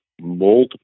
multiple